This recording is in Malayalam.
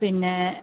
പിന്നെ